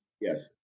Yes